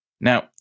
Now